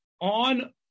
on